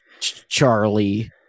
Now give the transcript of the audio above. Charlie